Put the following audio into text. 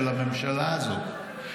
של הממשלה הזאת,